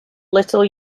little